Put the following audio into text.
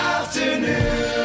afternoon